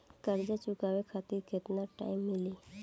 कर्जा चुकावे खातिर केतना टाइम मिली?